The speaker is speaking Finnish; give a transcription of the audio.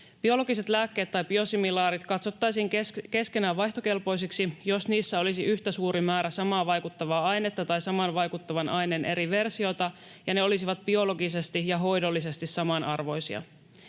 Biologiset lääkkeet tai biosimilaarit katsottaisiin keskenään vaihtokelpoisiksi, jos niissä olisi yhtä suuri määrä samaa vaikuttavaa ainetta tai saman vaikuttavan aineen eri versiota ja ne olisivat biologisesti ja hoidollisesti samanarvoisia.